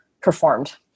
performed